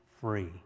free